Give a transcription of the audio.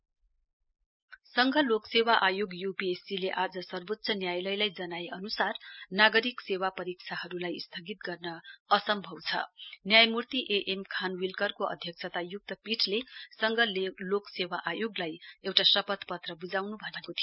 UPS SC संघ लोक सेवा आयोग यूपीएससीले आज सर्वोच्य न्यायालयलाई जनाए अनुसार नागरिक सेवा परीक्षाहरूलाई स्थगित गर्न असम्भव छ नयायामूर्ति ए एम खानविल्करको अध्यक्षतायुक्त पीठले संघ लोक सेवा आयोगलाई एउटा शपथपक्ष बुझाउनु भनेको थियो